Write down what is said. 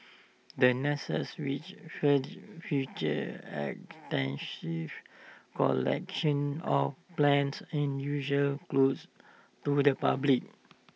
the which features extensive collections of plants is usually closed to the public